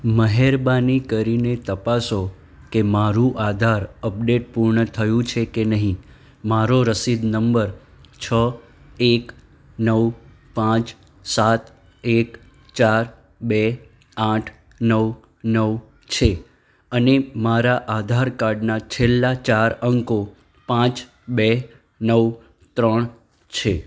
મહેરબાની કરીને તપાસો કે મારું આધાર અપડેટ પૂર્ણ થયું છે કે નહીં મારો રસીદ નંબર છ એક નવ પાંચ સાત એક ચાર બે આઠ નવ નવ છે અને મારા આધાર કાર્ડના છેલ્લા ચાર અંકો પાંચ બે નવ ત્રણ છે